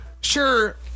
Sure